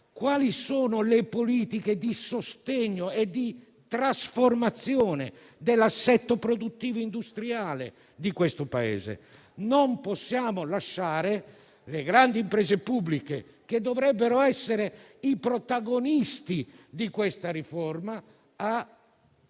quali sono le politiche di sostegno e di trasformazione dell'assetto produttivo industriale di questo Paese? Non possiamo lasciare le grandi imprese pubbliche, che dovrebbero essere le protagoniste di questa riforma, a